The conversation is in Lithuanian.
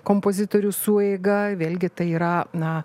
kompozitorių sueiga vėlgi tai yra na